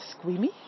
squeamy